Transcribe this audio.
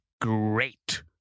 great